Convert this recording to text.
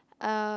uh